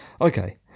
Okay